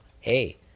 Hey